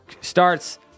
Starts